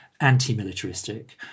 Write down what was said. anti-militaristic